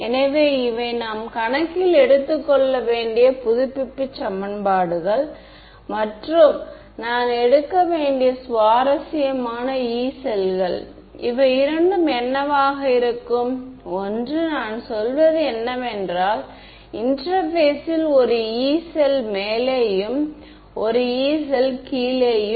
எனவே எடுத்துக்காட்டாக நான் இங்கிருந்து அதற்காக என்ன செய்ய முடியும் என்பது பொதுவான பகுதியைப் பிரித்தெடுக்கும் டெரிவேஷன் டெர்ம்கள் அவை